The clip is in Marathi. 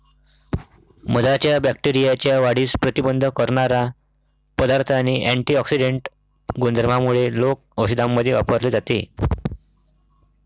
मधाच्या बॅक्टेरियाच्या वाढीस प्रतिबंध करणारा पदार्थ आणि अँटिऑक्सिडेंट गुणधर्मांमुळे लोक औषधांमध्ये वापरले जाते